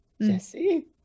Jesse